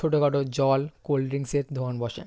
ছোট খাটো জল কোল্ড ড্রিঙ্কসের দোকান বসে